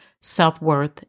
self-worth